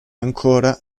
ancora